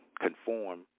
conform